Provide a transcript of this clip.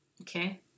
Okay